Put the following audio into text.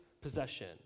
possession